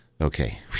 Okay